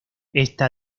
esta